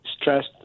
stressed